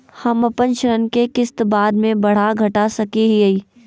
हम अपन ऋण के किस्त बाद में बढ़ा घटा सकई हियइ?